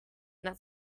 not